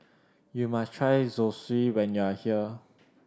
you must try Zosui when you are here